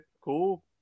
cool